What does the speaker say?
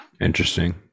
Interesting